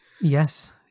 Yes